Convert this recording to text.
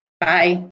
Bye